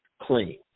clean